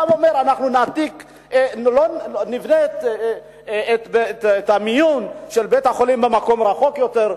בא ואומר: נבנה את חדר המיון של בית-החולים במקום רחוק יותר.